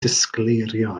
disgleirio